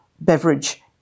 beverage